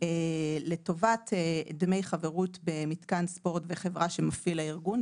לטובת דמי חברות במתקן ספורט בחברה שמפעיל הארגון,